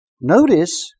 Notice